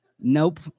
Nope